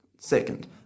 Second